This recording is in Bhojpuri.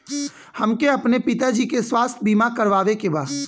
हमके अपने पिता जी के स्वास्थ्य बीमा करवावे के बा?